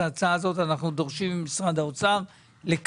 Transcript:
אנחנו דורשים לקבל.